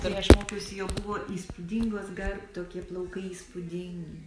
kai aš mokiausi jo buvo įspūdingos gar tokie plaukai įspūdingi